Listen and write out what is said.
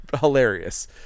hilarious